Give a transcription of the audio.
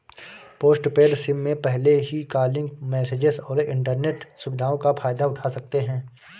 postpaid SIM में पहले ही कॉलिंग, मैसेजस और इन्टरनेट सुविधाओं का फायदा उठा सकते हैं